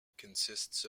consists